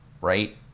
right